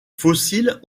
fossiles